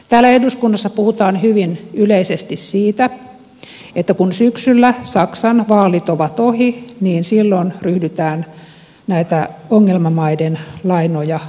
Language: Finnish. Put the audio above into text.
täällä eduskunnassa puhutaan hyvin yleisesti siitä että kun syksyllä saksan vaalit ovat ohi niin silloin ryhdytään näitä ongelmamaiden lainoja leikkaamaan